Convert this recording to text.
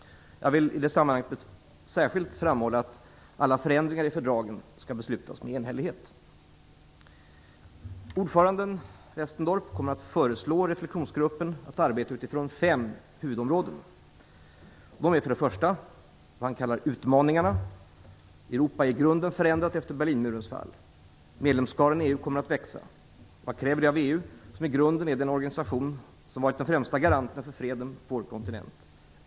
Jag vill i det sammanhanget särskilt framhålla att alla förändringar i fördragen skall beslutas med enhällighet. Ordföranden Westendorp kommer att föreslå reflexionsgruppen att arbeta utifrån fem huvudområden. Det första området kallar han Utmaningarna. Europa är i grunden förändrat efter Berlinmurens fall. Medlemsskaran i EU kommer att växa. Vad kräver det av EU, som i grunden är den organisation som varit den främsta garanten för freden på vår kontinent?